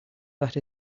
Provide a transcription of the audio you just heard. that